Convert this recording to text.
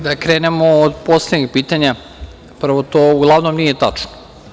Da krenemo od poslednjeg pitanja, prvo to uglavnom nije tačno.